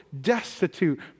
destitute